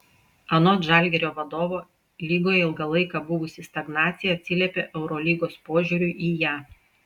anot žalgirio vadovo lygoje ilgą laiką buvusi stagnacija atsiliepė eurolygos požiūriui į ją